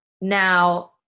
now